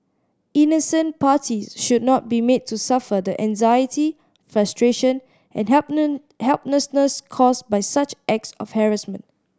innocent parties should not be made to suffer the anxiety frustration and helplessness caused by such acts of harassment